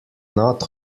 not